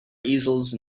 easels